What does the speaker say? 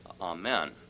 Amen